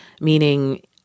Meaning